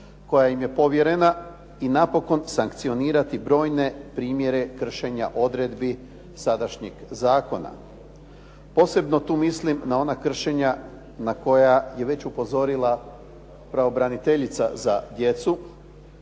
koja im je povjerena i napokon sankcionirati brojne primjere kršenja odredbi sadašnjih zakona. Posebno tu mislim na ona kršenja na koja je već upozorila pravobraniteljica za djecu,